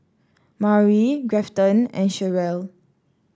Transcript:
Maury Grafton and Cheryle